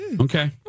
Okay